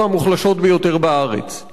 להפסיק את מדיניות הריכוז הזו.